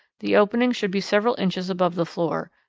the opening should be several inches above the floor,